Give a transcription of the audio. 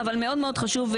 אבל מאוד מאוד חשוב,